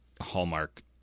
hallmark